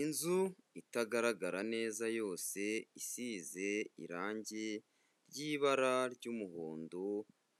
Inzu itagaragara neza yose, isize irangi ry'ibara ry'umuhondo,